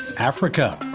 africa,